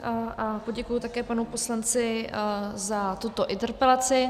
Poděkuji také panu poslanci za tuto interpelaci.